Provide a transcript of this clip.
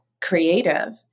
creative